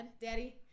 daddy